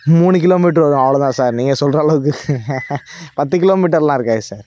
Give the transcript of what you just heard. மூணு கிலோமீட்டர் வரும் அவ்வளோதான் சார் நீங்கள் சொல்கிற அளவுக்கு பத்து கிலோமீட்டர்லாம் இருக்காது சார்